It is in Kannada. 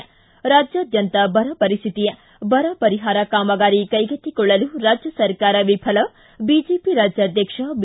ಿ ರಾಜ್ಯಾದ್ಯಂತ ಬರಪರಿಸ್ಥಿತಿ ಬರ ಪರಿಹಾರ ಕಾಮಗಾರಿ ಕೈಗೆತ್ತಿಕೊಳ್ಳಲು ರಾಜ್ಯ ಸರ್ಕಾರ ವಿಫಲ ಬಿಜೆಪಿ ರಾಜ್ಯಾಧ್ಯಕ್ಷ ಬಿ